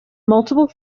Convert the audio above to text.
multiple